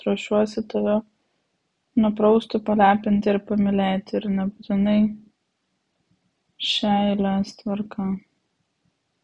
ruošiuosi tave nuprausti palepinti ir pamylėti ir nebūtinai šia eilės tvarka